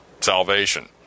salvation